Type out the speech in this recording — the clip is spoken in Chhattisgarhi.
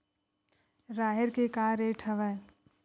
राहेर के का रेट हवय?